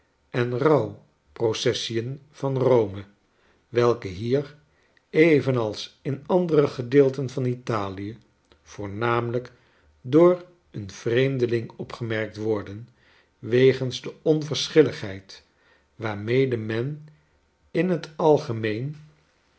en rouwprocessien van rome welke hier evenals in andere gedeelten van italie voornamelijk door een vreemdeling opgemerkt worden wegens de onverschilligheid waarmede men in het algemeen